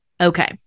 Okay